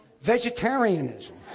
Vegetarianism